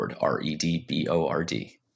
R-E-D-B-O-R-D